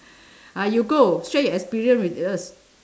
ah you go share your experience with us